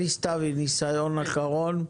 אלי סתוי, ניסיון אחרון.